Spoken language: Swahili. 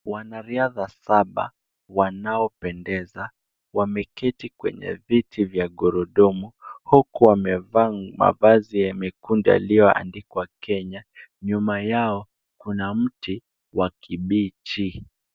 Wanariadha saba wanaopendeza. Wameketi kwenye viti vya gurudumu huku wamevaa mavazi ya mekundu yalioandikwa Kenya .Nyuma yao kuna mti wa kibichi.